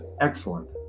excellent